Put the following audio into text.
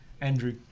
Andrew